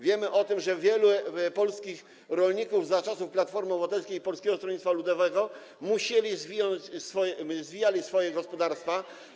Wiemy o tym, że wielu polskich rolników za czasów Platformy Obywatelskiej i Polskiego Stronnictwa Ludowego musiało zwinąć i zwijało swoje gospodarstwa.